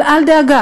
אבל אל דאגה,